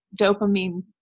dopamine